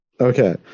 Okay